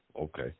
Okay